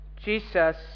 Jesus